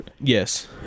Yes